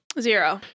zero